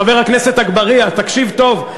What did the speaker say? חבר הכנסת אגבאריה, תקשיב טוב.